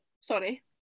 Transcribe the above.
Sorry